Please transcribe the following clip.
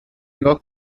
نیگا